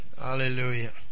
Hallelujah